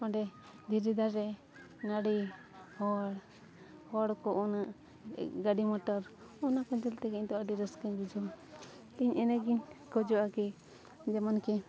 ᱚᱸᱰᱮ ᱫᱷᱤᱨᱤ ᱫᱟᱨᱮ ᱱᱟᱹᱲᱤ ᱦᱚᱲ ᱦᱚᱲ ᱠᱚ ᱩᱱᱟᱹᱜ ᱜᱟᱹᱰᱤ ᱢᱚᱴᱚᱨ ᱚᱱᱟ ᱠᱚ ᱧᱮᱞ ᱛᱮᱜᱮ ᱤᱧᱫᱚ ᱟᱹᱰᱤ ᱨᱟᱹᱥᱠᱟᱹᱧ ᱵᱩᱡᱷᱟᱹᱣᱟ ᱤᱧ ᱤᱱᱟᱹᱜᱤᱧ ᱠᱷᱚᱡᱚᱜᱼᱟ ᱠᱤ ᱡᱮᱢᱚᱱ ᱠᱤ